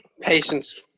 patience